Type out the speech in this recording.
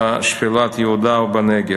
בשפלת יהודה ובנגב.